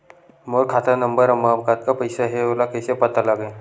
मोर खाता नंबर मा कतका पईसा हे ओला कइसे पता लगी?